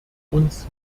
uns